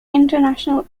international